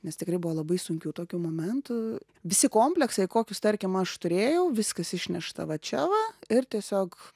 nes tikrai buvo labai sunkių tokių momentų visi komplektai kokius tarkim aš turėjau viskas išnešta va čia va ir tiesiog